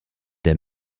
der